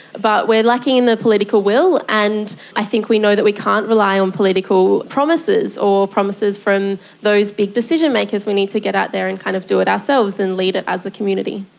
but we are lacking in political will. and i think we know that we can't rely on political promises or promises from those big decision-makers, we need to get out there and kind of do it ourselves and lead it as a community.